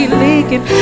leaking